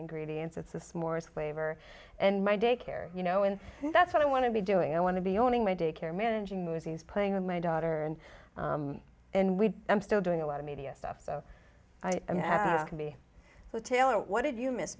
ingredients it's the smores flavor and my daycare you know and that's what i want to be doing i want to be owning my daycare managing movies playing with my daughter and we i'm still doing a lot of media stuff so i can be so taylor what did you miss